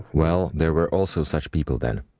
well, there were also such people then.